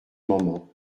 moment